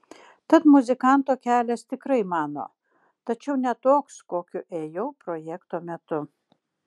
tad muzikanto kelias tikrai mano tačiau ne toks kokiu ėjau projekto metu